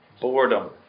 Boredom